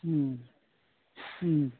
उम उम